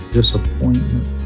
disappointment